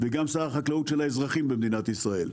וגם שר החקלאות של האזרחים במדינת ישראל,